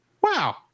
wow